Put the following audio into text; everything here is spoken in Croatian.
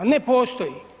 Ne postoji.